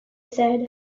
said